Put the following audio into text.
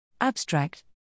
Abstract